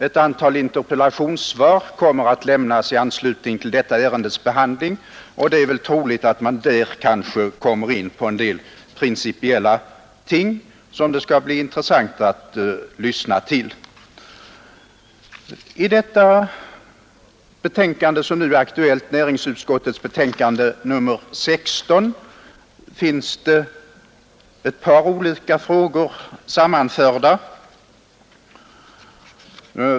Ett antal frågor och interpellationer kommer att besvaras i anslutning till detta ärendes behandling, och det är väl troligt att man då kanske kommer in på diskussioner om en del principiella ting som det skall bli intressant att lyssna till. I det betänkande som nu är aktuellt, nr 16 från näringsutskottet, finns det ett par olika frågor sammanförda.